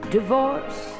Divorce